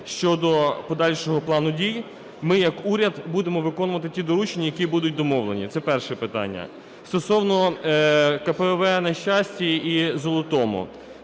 щодо подальшого плану дій, ми як уряд будемо виконувати ті доручення, які будуть домовлені. Це перше питання. Стосовно КПВВ на Щасті і Золотому.